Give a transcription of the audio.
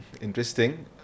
interesting